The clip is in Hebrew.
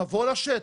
תבוא לשטח.